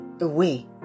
away